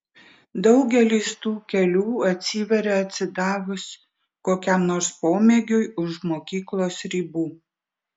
daugelis tų kelių atsiveria atsidavus kokiam nors pomėgiui už mokyklos ribų